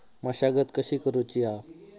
मशागत कशी करूची हा?